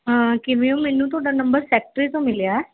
ਕਿਵੇਂ ਹੋ ਮੈਨੂੰ ਤੁਹਾਡਾ ਨੰਬਰ ਸੈਕਟਰੀ ਤੋਂ ਮਿਲਿਆ